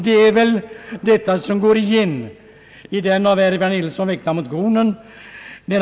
Det är väl detta som går igen i den av herr Ferdinand Nilsson väckta motionen.